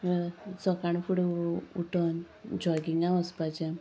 सोकाळीं फुडें उठोन जॉगिंगाक वचपाचें